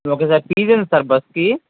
okay sir fees ఎంత sir బస్కి